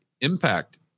impact